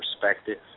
perspective